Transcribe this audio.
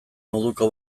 moduko